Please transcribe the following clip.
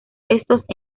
estos